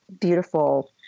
Beautiful